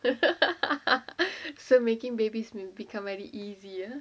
so making babies become very easy ah